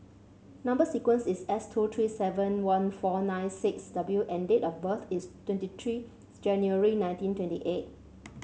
number sequence is S two three seven one four nine six W and date of birth is twenty three January nineteen twenty eight